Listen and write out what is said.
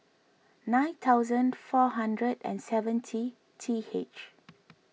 nine thousand four hundred and seventy T H